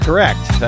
correct